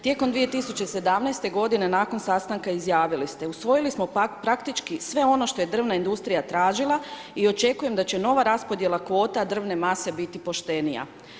Tijekom 2017. godine nakon sastanka izjavili ste: Usvojili smo praktički sve ono što je drvna industrija tražila i očekujem da će nova raspodjela kvota drvne mase biti poštenija.